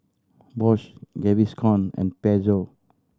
Bosch Gaviscon and Pezzo